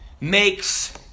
makes